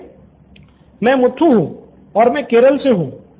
student ६ मैं मुथु हूँ और मैं केरल से हूँ